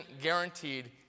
guaranteed